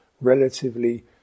relatively